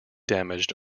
damaged